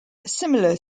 similar